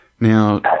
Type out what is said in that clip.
Now